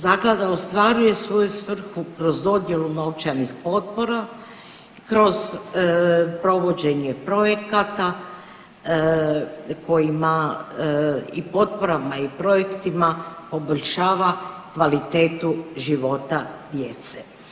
Zaklada ostvaruje svoju svrhu kroz dodjelu novčanih potpora, kroz provođenje projekata kojima i potporama i projektima poboljšava kvalitetu života djece.